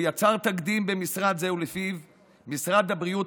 הוא יצר תקדים במשרד זה שלפיו משרד הבריאות